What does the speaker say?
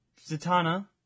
Zatanna